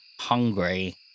hungry